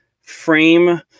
frame